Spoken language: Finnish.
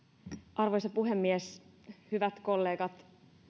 arvoisa puhemies hyvät kollegat